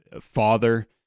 father